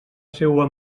seua